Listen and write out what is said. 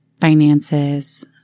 finances